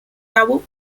tabú